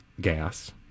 gas